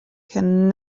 can